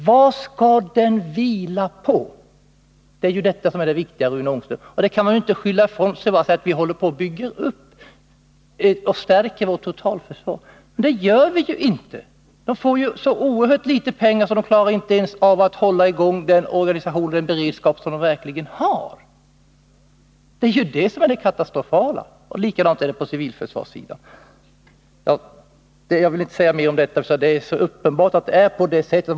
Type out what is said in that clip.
Vad skall den vila på? Det är det som är det viktiga, Rune Ångström. Man kan inte bara skylla ifrån sig och säga att vi håller på att bygga upp och stärka vårt totalförsvar. Det gör vi ju inte. Det ekonomiska försvaret får ju så oerhört litet pengar att det inte ens klarar av att hålla i gång den beredskap som det skall ha enligt nuvarande organisation. Det är det som är det katastrofala. Och likadant är det på civilförsvarssidan. Jag vill inte säga mer om detta. Det är så uppenbart att det är på det sättet.